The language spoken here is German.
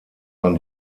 man